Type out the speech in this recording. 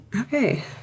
Okay